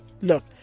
look